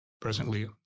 presently